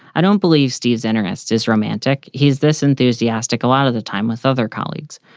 i don't believe steve's interest is romantic. he's this enthusiastic. a lot of the time with other colleagues.